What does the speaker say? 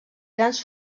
grans